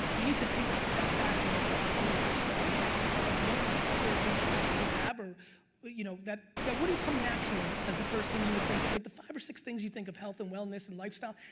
you need to take a step back and get thoughtful with yourself on like what ah other interests you have, or you know, that that wouldn't come natural as the first thing you would think, like the five or six things you think of. health and wellness and lifestyle,